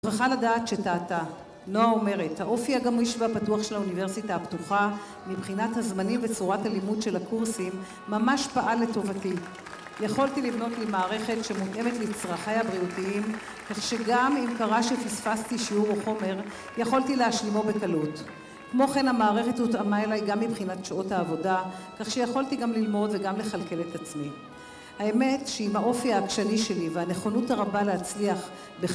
צריכה לדעת שטעתה. נועה אומרת: "האופי הגמיש והפתוח של האוניברסיטה הפתוחה מבחינת הזמנים וצורת הלימוד של הקורסים ממש פעל לטובתי. יכולתי לבנות לי מערכת שמותאמת לצרכיי הבריאותיים, כך שגם אם קרה שפספסתי שיעור או חומר, יכולתי להשלימו בקלות. כמו כן, המערכת הותאמה אליי גם מבחינת שעות העבודה, כך שיכולתי גם ללמוד וגם לכלכל את עצמי. האמת, שעם האופי העקשני שלי והנכונות הרבה להצליח...